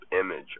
image